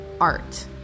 art